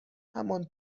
همان